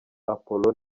apollo